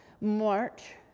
March